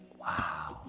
wow.